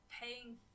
paying